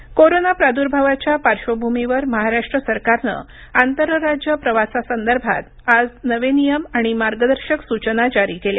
महाराष्ट नियमावली कोरोना प्रादुर्भावाच्या पार्श्वभूमीवर महाराष्ट्र सरकारनं आंतरराज्य प्रवासासंदर्भात आज नवे नियम आणि मार्गदर्शक सूचना जारी केल्या